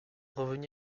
revenu